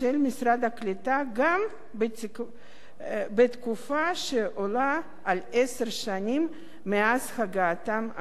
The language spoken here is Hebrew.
הקליטה גם בתקופה שעולה על עשר שנים מאז הגעתן ארצה.